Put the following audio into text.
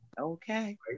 Okay